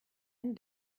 ein